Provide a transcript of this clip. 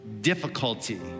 difficulty